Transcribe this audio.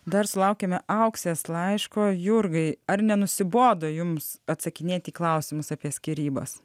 dar sulaukėme auksės laiško jurgai ar nenusibodo jums atsakinėti į klausimus apie skyrybas